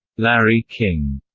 larry king